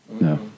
No